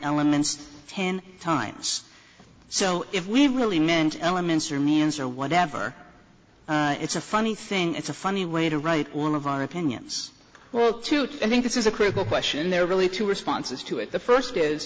elements ten times so if we really meant elements or man's or whatever it's a funny thing it's a funny way to write one of our opinions well to think this is a critical question there are really two responses to it the first is